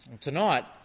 Tonight